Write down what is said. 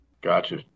Gotcha